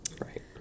Right